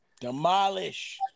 Demolish